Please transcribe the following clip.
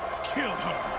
kill her!